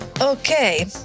Okay